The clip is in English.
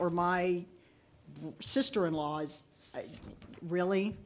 or my sister in laws really